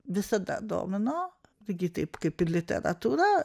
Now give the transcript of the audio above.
visada domino taigi taip kaip ir literatūra